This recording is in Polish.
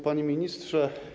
Panie Ministrze!